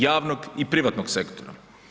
Javnog i privatnog sektora.